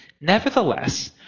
nevertheless